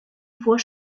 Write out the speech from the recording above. fois